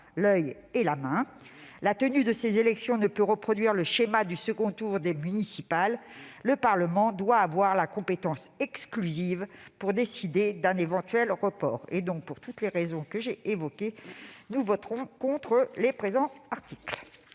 l'oeil, et la main. La tenue de ces élections ne peut reproduire le schéma du second tour des municipales. Le Parlement doit avoir la compétence exclusive pour décider d'un éventuel report. Pour toutes ces raisons, le groupe CRCE votera contre les crédits de